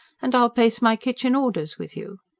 and i'll place my kitchen orders with you.